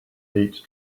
date